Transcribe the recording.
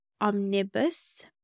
Omnibus